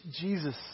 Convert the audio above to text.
Jesus